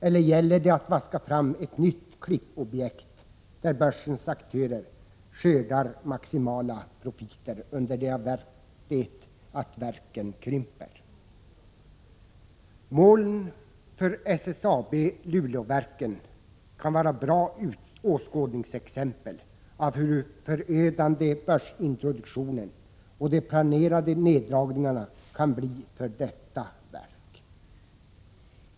Eller gäller det att vaska fram ett nytt klippobjekt, där börsens aktörer skördar maximala profiter under det att verken krymper? Målen för SSAB-Luleåverken kan vara bra åskådningsexempel på hur förödande börsintroduktionen och de planerade neddragningarna kan bli för detta verk.